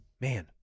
man